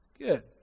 Good